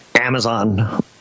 Amazon